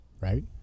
right